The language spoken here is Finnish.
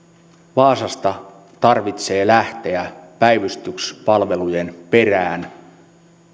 vaasasta tarvitsee lähteä päivystyspalvelujen perään